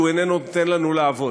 שהוא איננו נותן לנו לעבוד.